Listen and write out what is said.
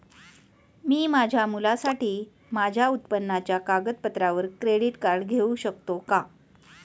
मी माझ्या मुलासाठी माझ्या उत्पन्नाच्या कागदपत्रांवर क्रेडिट कार्ड घेऊ शकतो का?